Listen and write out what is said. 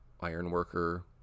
ironworker